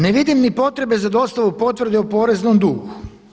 Ne vidim ni potrebe za dostavu potvrde o poreznom dugu.